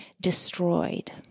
destroyed